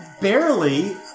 barely